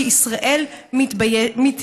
כי ישראל מתייבשת,